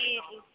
جی جی